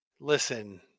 Listen